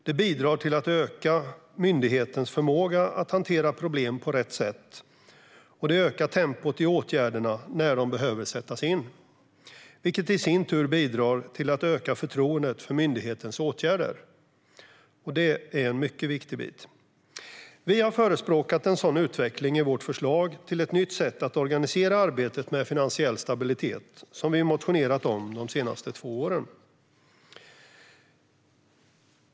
Det bidrar till att öka myndighetens förmåga att hantera problem på rätt sätt och ökar tempot i åtgärderna när de behöver sättas in, vilket i sin tur bidrar till att öka förtroendet för myndighetens åtgärder. Det är en mycket viktig bit. Vi har förespråkat en sådan utveckling i vårt förslag till ett nytt sätt att organisera arbetet med finansiell stabilitet, som vi motionerat om de senaste två åren.